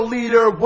Leader